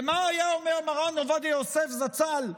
מרן עובדיה יוסף, זצ"ל,